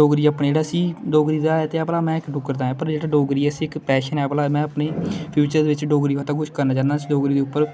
पूरी अपनी इसी डोगरी दा इसिहास इक डुगर हा डोगरी असें इक पैशन ऐ भला में अपनी फ्यूचर बिच किश करना चाहन्ना डोगरी उप्पर